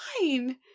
fine